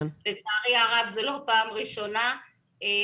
לצערי הרב זו לא פעם ראשונה אצלנו.